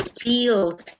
feel